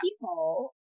people